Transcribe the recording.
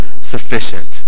sufficient